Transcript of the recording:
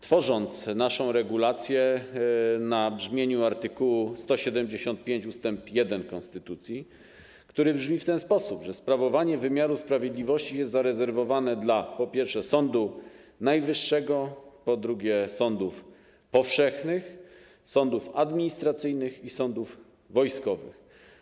Tworząc naszą regulację, opieraliśmy się na brzmieniu art. 175 ust. 1 konstytucji, który stanowi, że sprawowanie wymiaru sprawiedliwości jest zarezerwowane dla, po pierwsze, Sądu Najwyższego, po drugie, sądów powszechnych, sądów administracyjnych i sądów wojskowych.